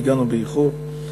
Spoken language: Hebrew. והגענו באיחור.